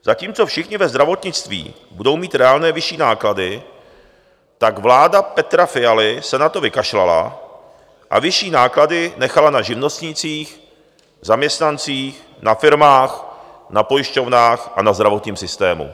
Zatímco všichni ve zdravotnictví budou mít reálné vyšší náklady, tak vláda Petra Fialy se na to vykašlala a vyšší náklady nechala na živnostnících, zaměstnancích, na firmách, na pojišťovnách a na zdravotním systému.